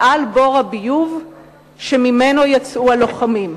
מעל בור הביוב שממנו יצאו הלוחמים.